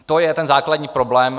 To je ten základní problém.